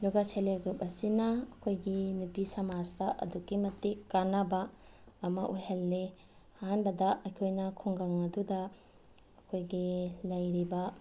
ꯑꯗꯨꯒ self help group ꯑꯁꯤꯅ ꯑꯩꯈꯣꯏꯒꯤ ꯅꯨꯄꯤ ꯁꯃꯥꯖꯇ ꯑꯗꯨꯛꯀꯤ ꯃꯇꯤꯛ ꯀꯥꯟꯅꯕ ꯑꯃ ꯑꯣꯏꯍꯜꯂꯤ ꯑꯍꯥꯟꯕꯗ ꯑꯩꯈꯣꯏꯅ ꯈꯨꯡꯒꯪ ꯑꯗꯨꯗ ꯑꯩꯈꯣꯏꯒꯤ ꯂꯩꯔꯤꯕ